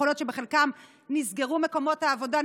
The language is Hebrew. יכול להיות שלחלקן נסגרו מקומות העבודה,